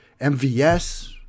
MVS